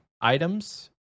items